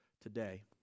today